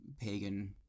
pagan